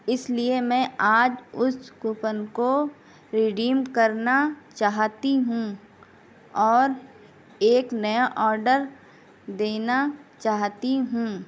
اس لیے میں آج اس کوپن کو رڈیم کرنا چاہتی ہوں اور ایک نیا آڈر دینا چاہتی ہوں